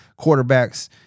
quarterbacks